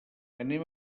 anem